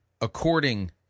according